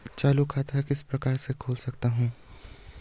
चालू खाता किस प्रकार से खोल सकता हूँ?